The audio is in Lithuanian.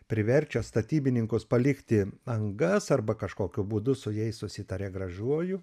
priverčia statybininkus palikti angas arba kažkokiu būdu su jais susitarė gražiuoju